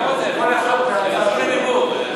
כל אחד יקבל זכות דיבור.